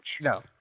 No